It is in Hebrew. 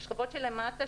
לשכבות שלמטה,